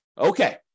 Okay